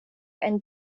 and